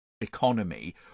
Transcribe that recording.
economy